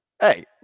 Hey